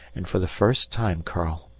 and for the first time, karl,